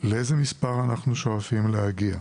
לאיזה מספר אנחנו שואפים להגיע?